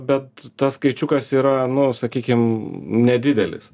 bet tas skaičiukas yra nu sakykim nedidelis